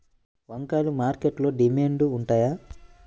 వంకాయలు మార్కెట్లో డిమాండ్ ఉంటాయా?